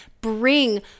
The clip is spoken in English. bring